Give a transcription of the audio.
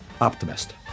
Optimist